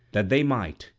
that they might,